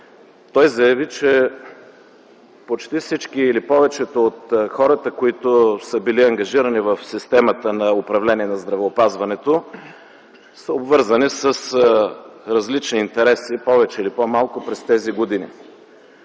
Той заяви, че почти всички или повечето от хората, които са били ангажирани в системата на управление на здравеопазването, са обвързани с различни интереси повече или по-малко през тези години.